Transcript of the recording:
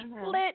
split